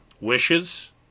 wishes